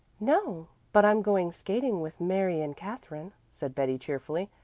no, but i'm going skating with mary and katherine, said betty cheerfully,